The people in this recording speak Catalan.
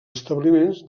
establiments